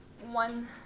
one